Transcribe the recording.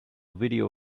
video